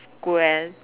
square